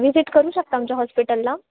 visit करू शकता आमच्या हॉस्पिटलला